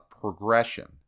progression